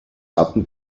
hatten